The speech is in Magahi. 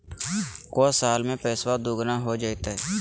को साल में पैसबा दुगना हो जयते?